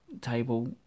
table